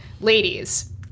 Ladies